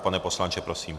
Pane poslanče, prosím.